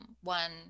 one